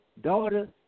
daughter